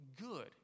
good